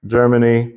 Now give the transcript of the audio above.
Germany